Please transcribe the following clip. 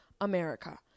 America